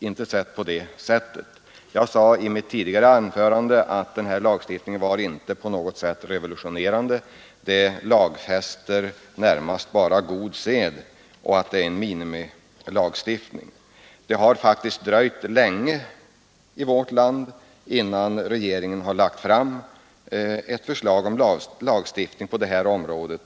inte på det sättet. Jag har tidigare i dag sagt att denna lagstiftning inte på något sätt är revolutionerande — genom den lagfästs närmast bara god sed på arbetsmarknaden. Det är en minimilagstiftning. Det har faktiskt dröjt länge innan regeringen lagt fram ett förslag om lagstiftning på detta område.